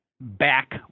back